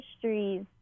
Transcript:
histories